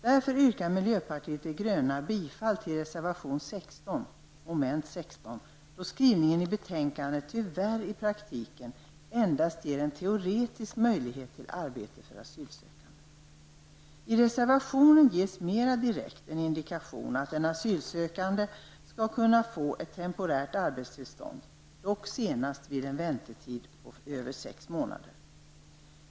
Därför yrkar miljöpartiet de gröna bifall till reservation 16 mom. 16, då skrivningen i betänkandet tyvärr i praktiken endast ger en teoretisk möjlighet till arbete för asylsökande. I reservationen ges mera direkt en indikation på att den asylsökande skall kunna få ett temporärt arbetstillstånd, dock senast vid en väntetid på över sex månader.